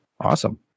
Awesome